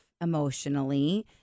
emotionally